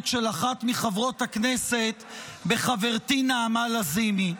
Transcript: של אחת מחברות הכנסת בחברתי נעמה לזימי.